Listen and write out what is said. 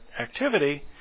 activity